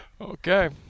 Okay